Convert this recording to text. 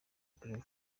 claver